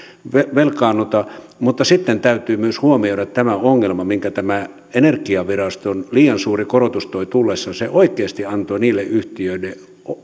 velkaannuta mutta sitten täytyy myös huomioida tämä ongelma minkä tämä energiaviraston liian suuri korotus toi tullessaan se oikeasti antoi niiden yhtiöiden